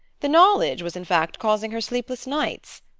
the knowledge was in fact causing her sleepless nights.